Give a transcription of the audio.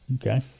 Okay